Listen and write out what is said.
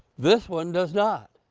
this one does not.